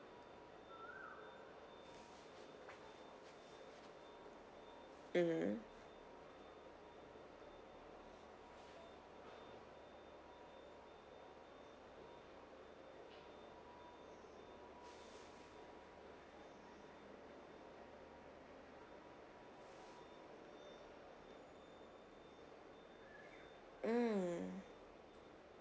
mmhmm mm